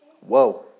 Whoa